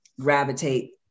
gravitate